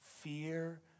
Fear